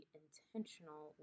intentional